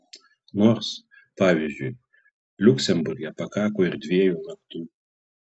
nors pavyzdžiui liuksemburge pakako ir dviejų naktų